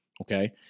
okay